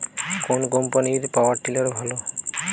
কোন কম্পানির power tiller ভালো?